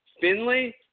Finley